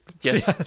Yes